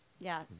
Yes